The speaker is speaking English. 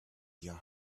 your